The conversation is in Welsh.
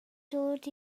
dod